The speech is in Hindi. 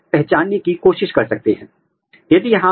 तो इसको करने की दो तरीके हैं